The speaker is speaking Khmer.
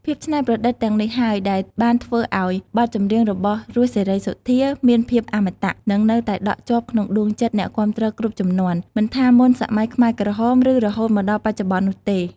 ភាពច្នៃប្រឌិតទាំងនេះហើយ ដែលបានធ្វើឲ្យបទចម្រៀងរបស់ រស់ សេរីសុទ្ធា មានភាព អមតៈ និងនៅតែដក់ជាប់ក្នុងដួងចិត្តអ្នកគាំទ្រគ្រប់ជំនាន់ មិនថាមុនសម័យខ្មែរក្រហម ឬរហូតមកដល់បច្ចុប្បន្ននោះទេ។